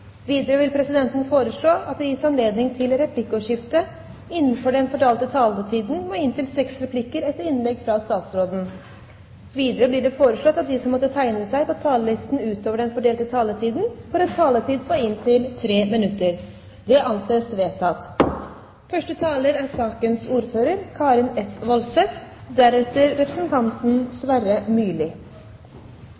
Videre vil presidenten foreslå at det gis anledning til replikkordskifte på inntil seks replikker med svar etter innlegget fra statsråden innenfor den fordelte taletid. Videre blir det foreslått at de som måtte tegne seg på talerlisten utover den fordelte taletid, får en taletid på inntil 3 minutter. – Det anses vedtatt. En helt sentral del av vår innsats i Afghanistan er